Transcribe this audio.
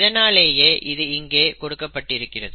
இதனாலேயே இது இங்கே கொடுக்கப்பட்டிருக்கிறது